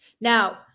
now